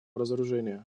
разоружения